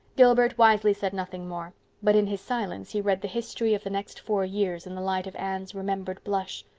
gilbert wisely said nothing more but in his silence he read the history of the next four years in the light of anne's remembered blush.